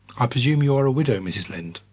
i presume you are a widow mrs. linde.